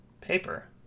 paper